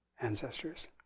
ancestors